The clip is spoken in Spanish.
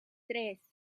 tres